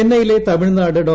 ചെന്നൈയിലെ തമിഴ്നാട് ഡോ